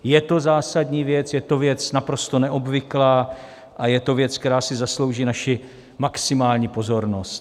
Je to zásadní věc, je to věc naprosto neobvyklá a je to věc, která si zaslouží naši maximální pozornost.